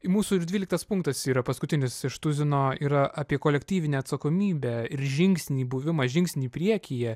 mūsų ir dvyliktas punktas yra paskutinis iš tuzino yra apie kolektyvinę atsakomybę ir žingsnį buvimą žingsnį priekyje